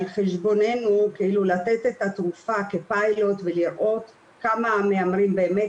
חשבוננו לתת את התרופה כפיילוט ולראות כמה מהמרים באמת